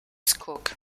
cook